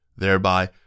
thereby